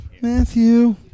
Matthew